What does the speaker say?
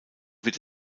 wird